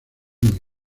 muy